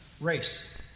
Race